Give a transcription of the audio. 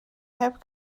heb